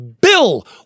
Bill